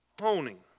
honing